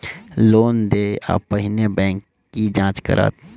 Loan देय सा पहिने बैंक की जाँच करत?